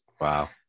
Wow